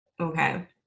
Okay